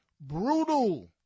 Brutal